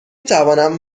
توانم